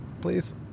Please